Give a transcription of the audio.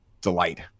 delight